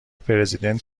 پرزیدنت